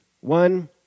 One